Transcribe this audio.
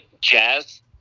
Jazz